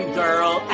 girl